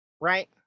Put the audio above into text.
Right